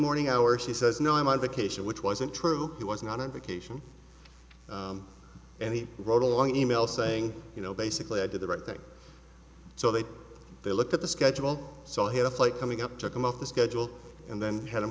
morning hours he says no i'm on vacation which wasn't true he was not in vacation and he wrote a long e mail saying you know basically i did the right thing so they they looked at the schedule so he had a flight coming up took them off the schedule and then had